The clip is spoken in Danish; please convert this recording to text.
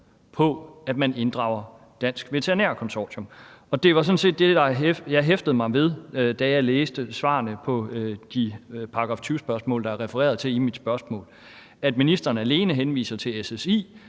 på, at man inddrager Dansk Veterinær Konsortium. Det var sådan set det, jeg hæftede mig ved, da jeg læste svarene på de § 20-spørgsmål, der er refereret til i mit spørgsmål, altså at ministeren alene henviser til SSI,